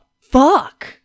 fuck